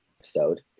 episode